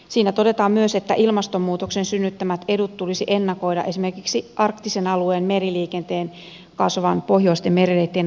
siinä todetaan myös että ilmastonmuutoksen synnyttämät edut tulisi ennakoida esimerkiksi arktisen alueen meriliikenteen kasvu pohjoisten merireittien avautumisen myötä